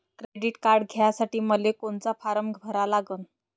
Credit card घ्यासाठी मले कोनचा फारम भरा लागन?